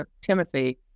Timothy